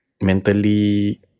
mentally